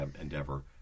endeavor